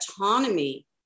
autonomy